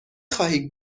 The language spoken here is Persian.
خواهی